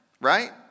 right